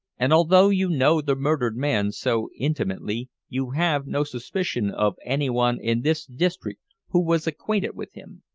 and although you know the murdered man so intimately, you have no suspicion of anyone in this district who was acquainted with him?